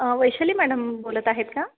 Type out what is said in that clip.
Vaishali madam बोलत आहेत का